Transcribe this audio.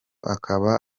akaba